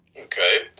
Okay